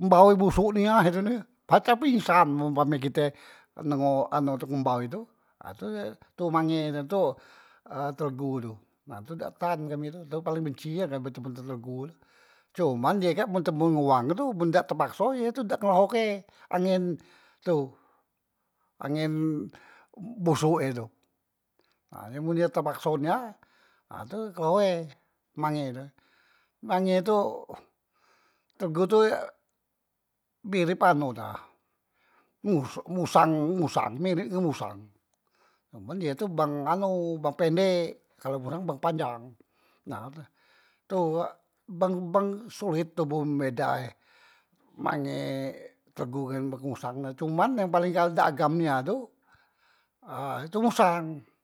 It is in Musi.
embau e tu busuk nia he tu ni pacak pingsan umpame kita dengo anu embau he tu ha tu mange e tu eh ha telegu tu nah tu dak tan kami tu, tu paling benci nia kami betemu dengan telegu tu cuman ye kak men ketemu wang tu men dak tepakso ye tu dak ngelehoke angen tu angen bosok e tu, ha mun ye tepakso nia ha tu kleho e mange he tu, mange tu telegu tu mirip anu na mus mu musang mirip ngan musang cuman ye tu bang anu bang pendek kalu musang bang panjang, nah tu bang bang sulit tobo beda e mange telegu ngan bang musang ha cuman yang paling dak agam nia tu ha itu musang.